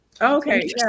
Okay